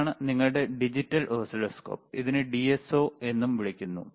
ഇതാണ് നിങ്ങളുടെ digital oscilloscope ഇതിനെ DSO എന്നും വിളിക്കുന്നു